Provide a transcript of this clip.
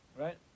Right